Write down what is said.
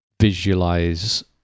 visualize